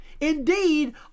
Indeed